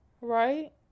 right